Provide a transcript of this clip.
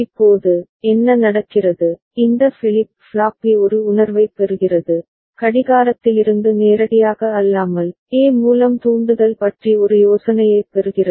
இப்போது என்ன நடக்கிறது இந்த ஃபிளிப் ஃப்ளாப் பி ஒரு உணர்வைப் பெறுகிறது கடிகாரத்திலிருந்து நேரடியாக அல்லாமல் ஏ மூலம் தூண்டுதல் பற்றி ஒரு யோசனையைப் பெறுகிறது